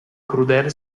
crudele